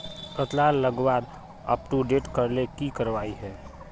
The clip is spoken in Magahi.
कतला लगवार अपटूडेट करले की करवा ई?